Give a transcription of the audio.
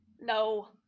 No